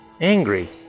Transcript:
angry